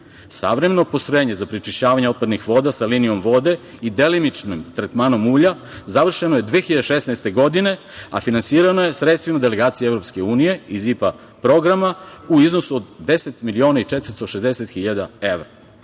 evra. Savremeno postrojenje za prečišćavanje otpadnih voda sa linijom vode i delimičnim tretmanom ulja završeno je 2016. godine, a finansirano je sredstvima delegacije EU iz IPA programa u iznosu od 10 miliona i 460.000 evra,